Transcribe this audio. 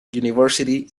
university